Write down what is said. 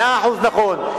מאה אחוז נכון,